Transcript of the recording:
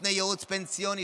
נותני ייעוץ פנסיוני,